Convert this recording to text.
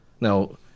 Now